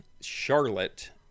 Charlotte